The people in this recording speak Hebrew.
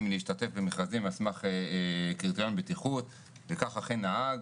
מלהשתתף במכרזים על סמך קריטריון בטיחות וכך אכן היה.